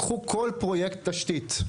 קחו כל פרויקט תשתית,